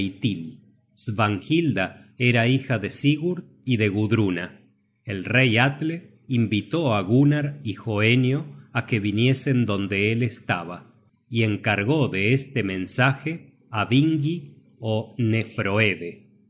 eitil svanhilda era hija de si gurd y de gudruna el rey atle invitó á gunnar y hoenio á que viniesen donde él estaba y encargó de este mensaje á vingi ó